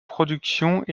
productions